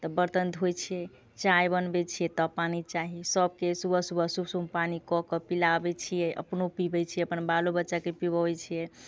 तऽ बर्तन धोइ छियै चाय बनबै छियै तब पानि चाही सभके सुबह सुबह सुसुम पानि कऽ कऽ पिलाबै छियै अपनो पिबै छियै अपन बालो बच्चाके पिबोबै छियै